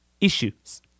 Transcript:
issues